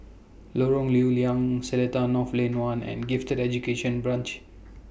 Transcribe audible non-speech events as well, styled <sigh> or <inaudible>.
Lorong Lew Lian Seletar North Lane one <noise> and Gifted Education Branch